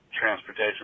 transportation